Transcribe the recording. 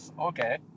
okay